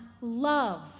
love